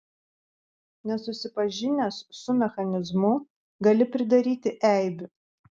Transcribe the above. nesusipažinęs su mechanizmu gali pridaryti eibių